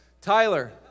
Tyler